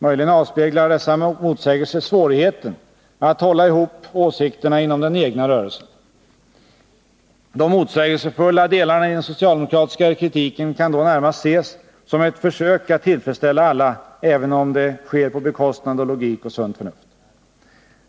Möjligen avspeglar dessa motsägelser svårigheten att hålla ihop åsikterna inom den egna rörelsen. De motsägelsefulla delarna i den socialdemokratiska kritiken kan då närmast ses som ett försök att tillfredsställa alla, även om det sker på bekostnad av logik och sunt förnuft.